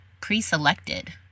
pre-selected